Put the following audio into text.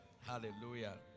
Hallelujah